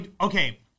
Okay